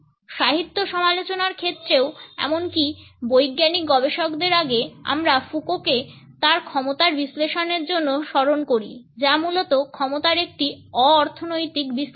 সাহিত্য সমালোচনার ক্ষেত্রেও এমনকি বৈজ্ঞানিক গবেষকদের আগে আমরা ফুকোকে তার ক্ষমতার বিশ্লেষণের জন্য স্মরণ করি যা মূলত ক্ষমতার একটি অ অর্থনৈতিক বিশ্লেষণ